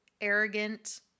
arrogant